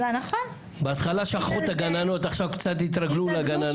בהתחלה שכחו את הגננות, עכשיו קצת התרגלו לגננות.